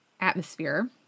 atmosphere